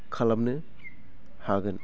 खालामनो हागोन